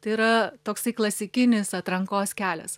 tai yra toksai klasikinis atrankos kelias